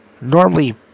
normally